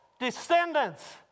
descendants